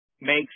makes